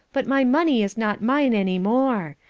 but my money is not mine any more.